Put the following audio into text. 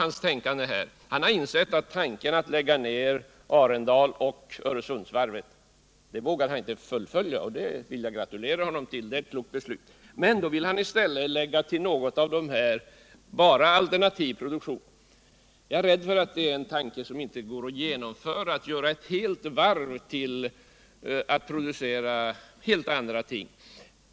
Han har insett att han inte vågar fullfölja tanken att lägga ned Arendalsoch Öresundsvarven. Jag vill gratulera honom till detta. Det är ett klokt beslut. Men då vill han i stället till något av dessa varv lägga enbart alternativ produktion. Jag är rädd för att det inte går att genomföra tanken att låta ett helt varv producera enbart andra ting.